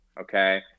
okay